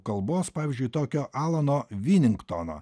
kalbos pavyzdžiui tokio alano viningtono